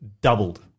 doubled